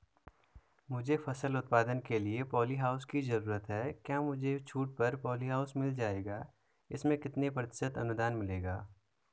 मुझे फसल उत्पादन के लिए प ॉलीहाउस की जरूरत है क्या मुझे छूट पर पॉलीहाउस मिल जाएगा इसमें कितने प्रतिशत अनुदान मिलेगा?